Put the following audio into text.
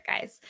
guys